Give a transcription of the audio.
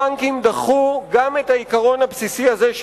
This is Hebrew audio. הבנקים דחו גם את העיקרון הבסיסי הזה,